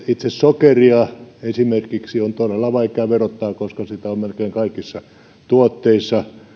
itse sokeria on todella vaikea verottaa koska sitä on melkein kaikissa tuotteissa